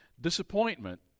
Disappointment